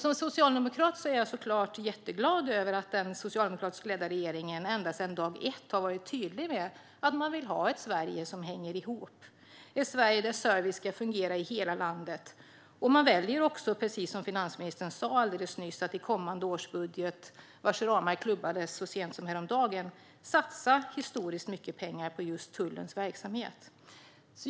Som socialdemokrat är jag såklart jätteglad över att den socialdemokratiskt ledda regeringen ända sedan dag ett har varit tydlig med att man vill ha ett Sverige som hänger ihop, där service ska fungera i hela landet. Man väljer också, precis som finansministern nyss sa, att i kommande budget, vars ramar klubbades så sent som häromdagen, satsa historiskt mycket pengar på just tullens verksamhet.